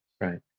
right